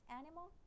animal